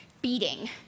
beating